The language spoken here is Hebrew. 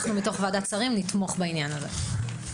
אנחנו נתמוך בעניין הזה בוועדת שרים.